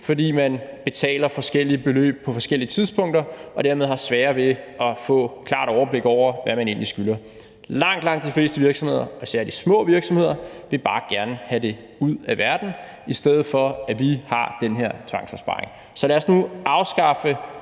fordi man betaler forskellige beløb på forskellige tidspunkter og dermed har sværere ved at få et klart overblik over, hvad man egentlig skylder. Langt, langt de fleste virksomheder, og især de små virksomheder, vil bare gerne have det ud af verden, i stedet for at vi har den her tvangsopsparing. Så lad os nu afskaffe